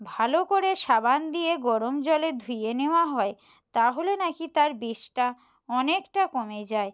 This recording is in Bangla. ভালো করে সাবান দিয়ে গরম জলে ধুয়ে নেওয়া হয় তাহলে না কি তার বিষটা অনেকটা কমে যায়